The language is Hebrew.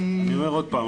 אני אומר עוד פעם,